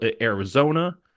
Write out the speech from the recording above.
Arizona